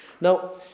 Now